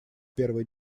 первое